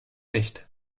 nicht